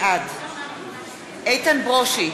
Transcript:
בעד איתן ברושי,